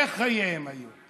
איך חייהם היו?